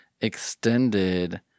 Extended